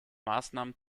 maßnahmen